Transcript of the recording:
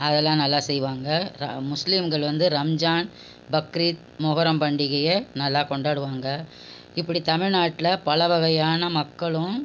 அதெல்லாம் நல்லா செய்வாங்க ர முஸ்லீம்கள் வந்து ரம்ஜான் பக்ரீத் மொஹரம் பண்டிகையை நல்லா கொண்டாடுவாங்க இப்படி தமிழ்நாட்டில் பல வகையான மக்களும்